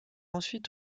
ensuite